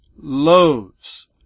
loaves